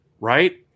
Right